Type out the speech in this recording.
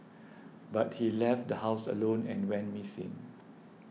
but he left the house alone and went missing